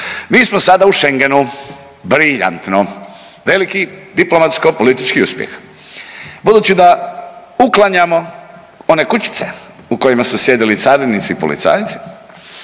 Mi smo sada u Schengenu, briljantno, veliki diplomatsko politički uspjeh. Budući da uklanjamo one kućice u kojima su sjedili carinici i policajci